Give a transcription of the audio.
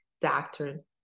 doctrine